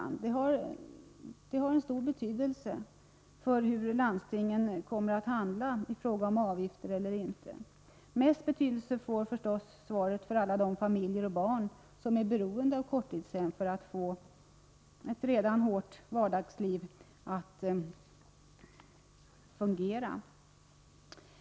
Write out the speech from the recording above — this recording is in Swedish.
Socialministerns ställningstagande har stor betydelse för hur landstingen handlar i fråga om avgifterna. Mest betydelse får det förstås för alla de familjer och barn som är beroende av korttidshem för att få ett hårt vardagsliv att fungera.